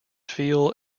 feel